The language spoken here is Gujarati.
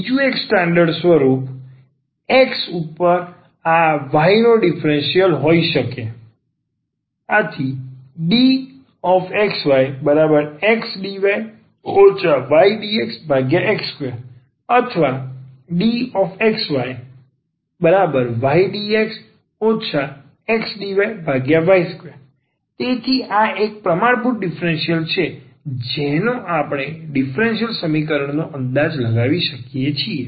બીજું એક સ્ટાન્ડર્ડ સ્વરૂપ x પર આ y નો ડીફરન્સીયલ હોઈ શકે dyxxdy ydxx2 ordxyydx xdyy2 તેથી આ એક પ્રમાણભૂત ડીફરન્સીયલ છે જેનો આપણે ડીફરન્સીયલ સમીકરણનો અંદાજ લગાવી શકીએ છીએ